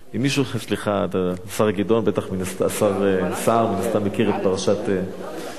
השר סער מן הסתם מכיר את פרשת גדעון.